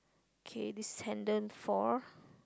K this handle four